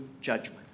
judgment